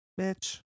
Bitch